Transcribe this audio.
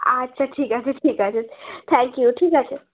আচ্ছা ঠিক আছে ঠিক আছে থ্যাংক ইউ ঠিক আছে